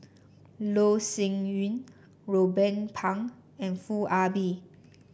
Loh Sin Yun Ruben Pang and Foo Ah Bee